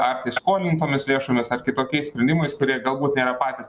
ar tai skolintomis lėšomis ar kitokiais sprendimais kurie galbūt nėra patys